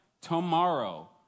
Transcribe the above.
Tomorrow